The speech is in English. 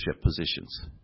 positions